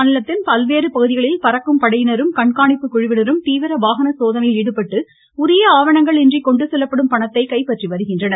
மாநிலத்தின் பல்வேறு பகுதிகளில் பறக்கும் படையினரும் கண்காணிப்பு குழுவினரும் தீவிர வாகன சோதனையில் ஈடுபட்டு உரிய ஆவணங்கள் இன்றி கொண்டு செல்லப்படும் பணத்தை கைப்பற்றி வருகின்றனர்